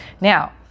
Now